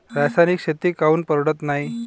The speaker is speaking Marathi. रासायनिक शेती काऊन परवडत नाई?